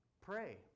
Pray